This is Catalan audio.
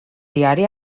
diari